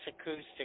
acoustic